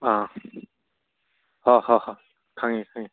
ꯑꯪ ꯍꯣꯏ ꯍꯣꯏ ꯈꯪꯉꯦ ꯈꯪꯉꯦ